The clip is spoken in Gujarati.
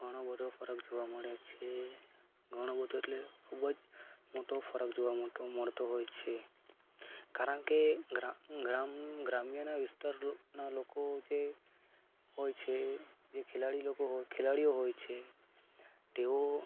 ઘણો બધો ફરક જોવા મળે છે ઘણો બધો એટલે ખૂબ જ મોટો ફરક જોવા મોટો મળતો હોય છે કારણકે ગ્રામ ગ્રામ ગ્રામ્યના વિસ્તારના લોકો જે હોય છે એ ખેલાડી લોકો ખેલાડીઓ હોય છે તેઓ